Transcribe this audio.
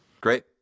Great